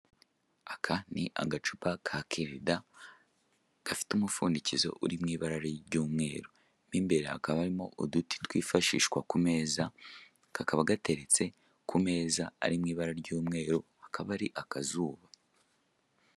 Aka ni agacupa ka kilida gafite umupfundikizo uri mu ibara ry'umweru. Mo imbere hakaba harimo uduti twifashishwa ku meza, kakaba gateretse ku meza ari mu ibara ry'umweru, hakaba hari akazuba.